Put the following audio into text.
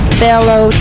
fellow